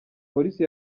polisi